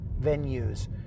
venues